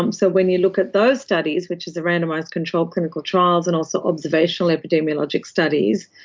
um so when you look at those studies, which is the randomised controlled clinical trials and also observational epidemiologic studies,